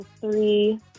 Three